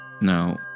Now